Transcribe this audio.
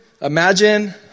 imagine